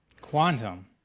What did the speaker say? Quantum